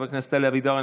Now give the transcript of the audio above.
חבר הכנסת אלי אבידר,